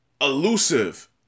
elusive